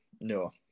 No